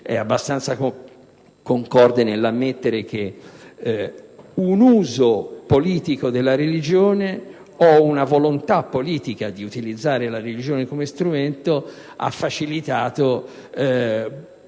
è abbastanza concorde nell'ammettere che un uso politico della religione o una volontà politica di utilizzare la religione come strumento ha facilitato